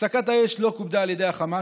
הפסקת האש לא כובדה על ידי החמאס,